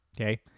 okay